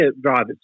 drivers